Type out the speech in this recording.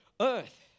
earth